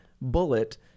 bullet